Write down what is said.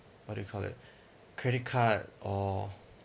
what do you call it credit card or